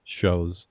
shows